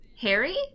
Harry